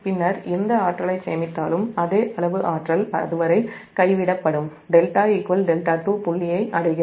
பின்னர் எந்த ஆற்றலைச் சேமித்தாலும் அதே அளவு ஆற்றல் அது வரை கைவிடப்படும் δ δ2 புள்ளியை அடைகிறது